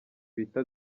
bita